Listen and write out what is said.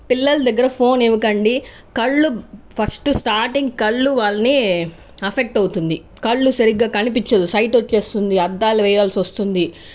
పిల్లల దగ్గర ఫోన్ ఇవ్వకండి కళ్ళు ఫస్ట్ స్టార్టింగ్ కళ్ళు వాళ్ళని ఎఫెక్ట్ అవుతుంది కళ్ళు సరిగ్గా కనిపించదు సైట్ వచ్చేస్తుంది అద్దాలు వేయాల్సి వస్తుంది